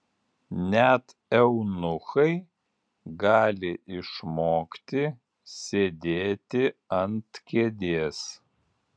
net eunuchai gali išmokti sėdėti ant kėdės